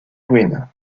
green